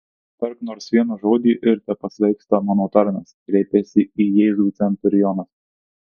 tark nors vieną žodį ir tepasveiksta mano tarnas kreipiasi į jėzų centurionas